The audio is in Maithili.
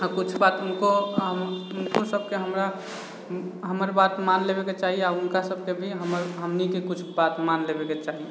अऽ किछु बात उनको उनको सभके हमरा हमर बात मान लेबैके चाही आओर हुनका सभके भी हमर हमनीके किछु बात मान लेबैके चाही